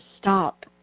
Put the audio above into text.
Stop